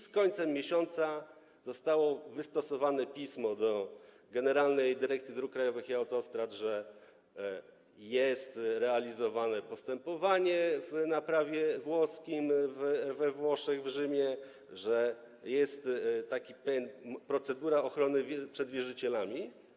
Z końcem miesiąca zostało wystosowane pismo do Generalnej Dyrekcji Dróg Krajowych i Autostrad, że jest realizowane postępowanie na prawie włoskim we Włoszech w Rzymie, że jest procedura ochrony przed wierzycielami.